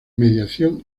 mediación